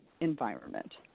environment